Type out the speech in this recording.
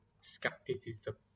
skepticism